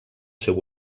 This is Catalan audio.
seu